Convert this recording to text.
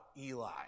Eli